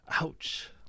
Ouch